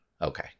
Okay